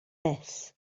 this